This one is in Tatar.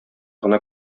гына